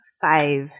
Five